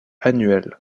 annuelles